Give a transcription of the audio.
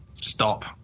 stop